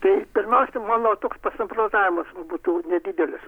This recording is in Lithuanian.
tai pirmiausia mano toks pasamprotavimas būtų nedidelis